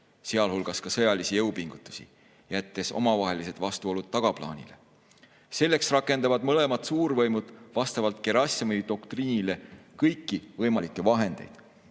sealhulgas ka sõjalisi jõupingutusi, jättes omavahelised vastuolud tagaplaanile. Selleks rakendavad mõlemad suurvõimud vastavalt Gerassimovi doktriinile kõiki võimalikke vahendeid.